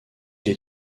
est